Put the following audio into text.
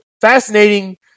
fascinating